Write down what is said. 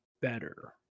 better